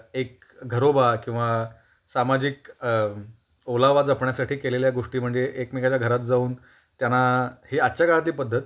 एक घरोबा किंवा सामाजिक ओलावा जपण्यासाठी केलेल्या गोष्टी म्हणजे एकमेकाच्या घरात जाऊन त्यांना ही आजच्या काळातली पद्धत